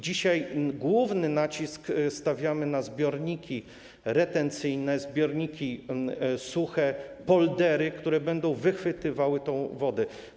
Dzisiaj główny nacisk kładziemy na zbiorniki retencyjne, zbiorniki suche, poldery, które będą wychwytywały wodę.